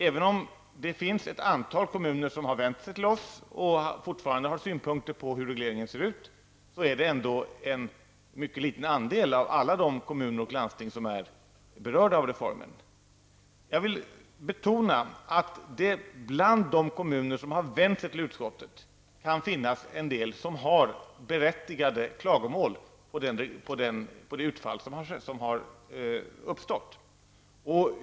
Även om det finns ett antal kommuner som har vänt sig till oss i utskottet och fortfarande har synpunkter på hur regleringen ser ut, är det ändå en mycket liten andel av alla de kommuner och landsting som är berörda av reformen. Jag vill betona att det bland de kommuner som har vänt sig till utskottet kan finnas en del som har berättigade klagomål på det utfall som har uppstått.